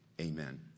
amen